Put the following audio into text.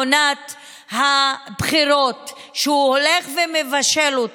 עונת הבחירות שהוא הולך ומבשל.